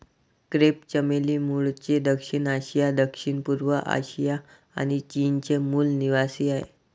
crepe चमेली मूळचे दक्षिण आशिया, दक्षिणपूर्व आशिया आणि चीनचे मूल निवासीआहे